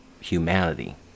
humanity